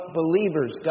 believers